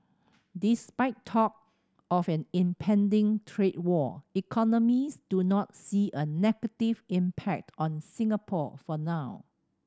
despite talk of an impending trade war economist do not see a negative impact on Singapore for now